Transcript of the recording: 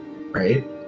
right